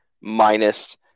minus